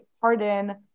pardon